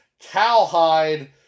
cowhide